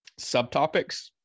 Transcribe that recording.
subtopics